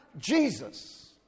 Jesus